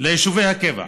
ליישובי הקבע,